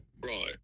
Right